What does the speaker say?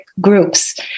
groups